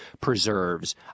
preserves